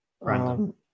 Random